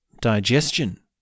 digestion